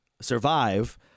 Survive